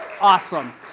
Awesome